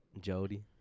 Jody